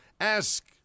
Ask